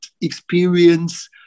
experience